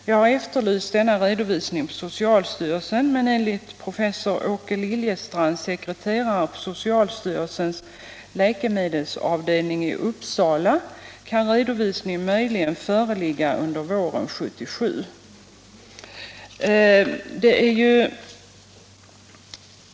Jag har efterlyst denna redovisning på socialstyrelsen, men enligt professor Åke Liljestrands sekreterare på socialstyrelsens läkemedelsavdelning i Uppsala kan redovisningen möjligen föreligga under våren 1977.